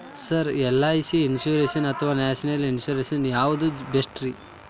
Sir LIC insurance ಅಥವಾ national insurance ಯಾವುದು ಬೆಸ್ಟ್ರಿ?